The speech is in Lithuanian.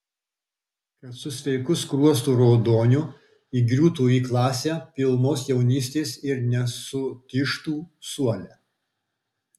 kad su sveiku skruostų raudoniu įgriūtų į klasę pilnos jaunystės ir nesutižtų suole